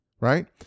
right